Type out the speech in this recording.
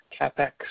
CapEx